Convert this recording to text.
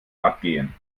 abgehen